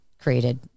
created